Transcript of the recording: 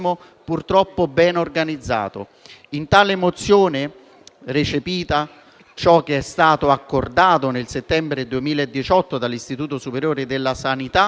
purtroppo ben organizzato. In tale mozione, recepito ciò che è stato accordato nel settembre 2018 dall'Istituto superiore di sanità,